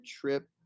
trip